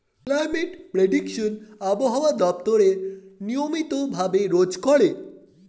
climate prediction আবহাওয়া দপ্তর নিয়মিত ভাবে রোজ করে